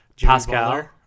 Pascal